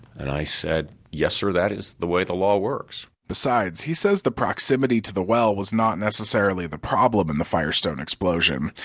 and i said yes, sir, that is the way the law works besides, he said the proximity to the well was not necessarily the problem in the firestone explosion.